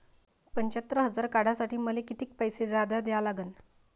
पंच्यात्तर हजार काढासाठी मले कितीक पैसे जादा द्या लागन?